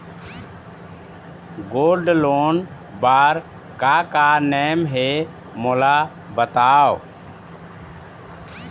Gold loan बार का का नेम हे, मोला बताव?